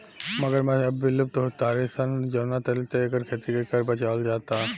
मगरमच्छ अब विलुप्त हो तारे सन जवना चलते एकर खेती के कर बचावल जाता